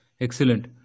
Excellent